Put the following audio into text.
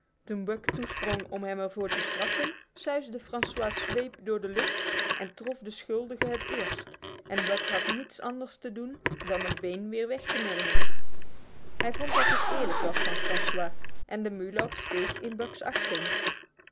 toen buck toesprong om hem er voor te straffen suisde francois zweep door de lucht en trof den schuldige het eerst en buck had niets anders te doen dan het been weer weg te nemen hij vond dat dit eerlijk was van francois en de mulat steeg in buck's